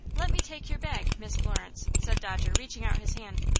let me take your bag, miss florence, said dodger, reaching out his hand.